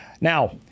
Now